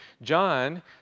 John